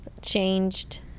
changed